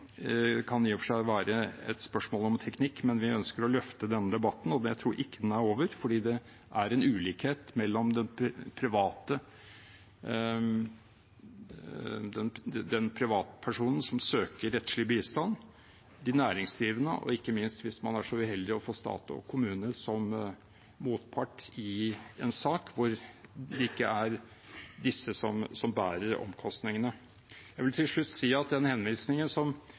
i og for seg kan være et spørsmål om teknikk. Men vi ønsker å løfte denne debatten, for jeg tror ikke den er over. Det er en ulikhet som rammer den privatpersonen eller de næringsdrivende som søker rettslig bistand – ikke minst hvis man er så uheldig å få stat og kommune som motpart i en sak der det ikke er disse som bærer omkostningene. Jeg vil til slutt si at den historiske henvisningen som